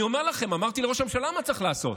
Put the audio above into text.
אני אומר לכם, אמרתי לראש הממשלה מה צריך לעשות.